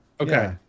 Okay